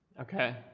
Okay